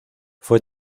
fue